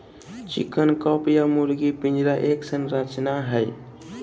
chicken coop या मुर्गी पिंजरा एक संरचना हई,